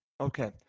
Okay